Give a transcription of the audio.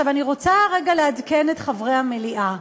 אני רוצה רגע לעדכן את חברי המליאה.